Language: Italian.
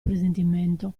presentimento